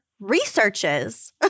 researches